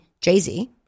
Jay-Z